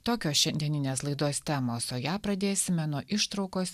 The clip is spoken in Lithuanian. tokios šiandieninės laidos temos o ją pradėsime nuo ištraukos